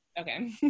Okay